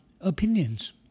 opinions